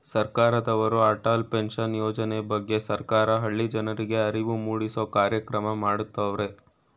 ಸರ್ಕಾರದವ್ರು ಅಟಲ್ ಪೆನ್ಷನ್ ಯೋಜನೆ ಬಗ್ಗೆ ಸರ್ಕಾರ ಹಳ್ಳಿ ಜನರ್ರಿಗೆ ಅರಿವು ಮೂಡಿಸೂ ಕಾರ್ಯಕ್ರಮ ಮಾಡತವ್ರೆ